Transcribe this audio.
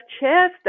chairs